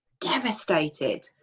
devastated